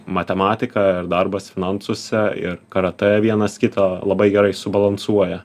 matematika ir darbas finansuose ir karatė vienas kitą labai gerai subalansuoja